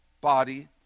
body